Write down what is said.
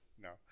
No